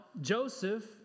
Joseph